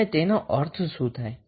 અને તેનો અર્થ શું થાય